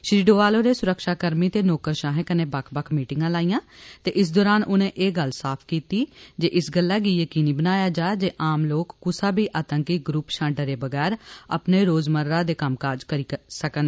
श्री डोवाल होरें सुरक्षाकर्मी ते नौकरशाहें कन्नै बक्ख बक्ख मीटिंगा लाइयां ते इस दौरान उनें एह् गल्ल साफ कीती जे इस गल्ला गी यकीनी बनाया जा जे आम लोक कुसा बी आतंकी ग्रुप शां डरे बगैर अपने रोजमर्रा दे कम्मकाज करी सकन